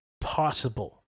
possible